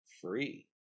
free